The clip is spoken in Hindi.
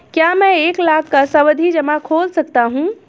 क्या मैं एक लाख का सावधि जमा खोल सकता हूँ?